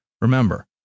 Remember